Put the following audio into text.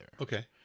Okay